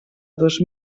dos